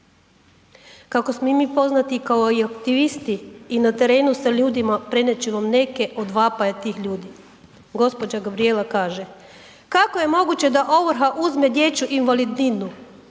Kako smo i mi poznati kao i aktivisti i na terenu sa ljudima, prenijet ću vam neke od vapaja tih ljudi. Gđa. Gabrijela kaže, kako je moguće da ovrha uzme dječju invalidninu,